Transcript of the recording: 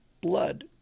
blood